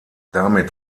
damit